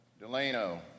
Delano